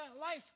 life